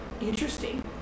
interesting